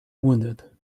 wounded